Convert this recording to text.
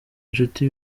nshuti